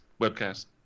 webcast